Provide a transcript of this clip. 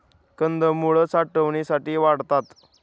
कंदमुळं साठवणीसाठी वाढतात